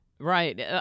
Right